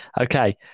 okay